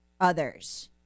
others